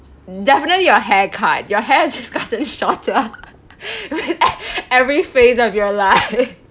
definitely your hair cut your hair just gotten shorter with e~ every phase of your life